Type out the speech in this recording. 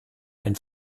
ein